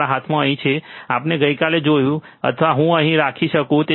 મારા હાથમાં અહીં જે આપણે ગઈકાલે જોયું છે અથવા હું તેને અહીં રાખી શકું છું